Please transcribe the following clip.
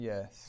Yes